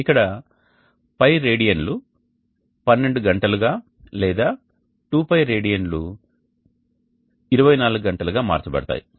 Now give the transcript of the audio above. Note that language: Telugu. ఇక్కడ π రేడియన్లు 12 గంటలుగా లేదా 2π రేడియన్ లు 24 గంటలుగా మార్చబడతాయి